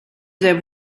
sehr